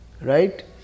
Right